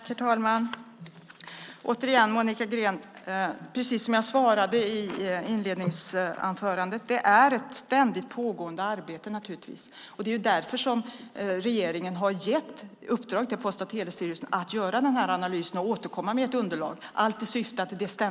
Herr talman! Återigen, Monica Green: Precis som jag svarade i inledningsanförandet är det ett ständigt pågående arbete. Just därför har regeringen gett Post och telestyrelsen i uppdrag att göra analysen och återkomma med ett underlag.